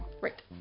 Right